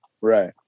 right